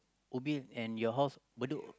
Ubin and your house Bedok